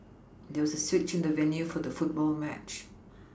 there was a switch in the venue for the football match